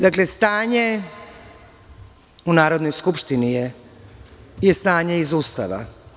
Dakle, stanje u Narodnoj skupštini je stanje iz Ustava.